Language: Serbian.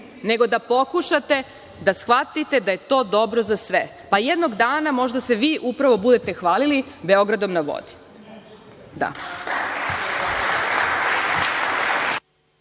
nego da pokušate da shvatite da je to dobro za sve, pa jednog dana možda se vi upravo budete hvalili „Beogradom na vodi“.